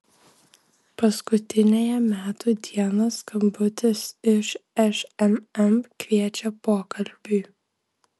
paskutiniąją metų dieną skambutis iš šmm kviečia pokalbiui